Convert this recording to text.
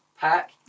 pack